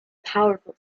powerful